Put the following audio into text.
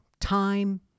time